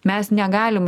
mes negalim